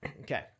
Okay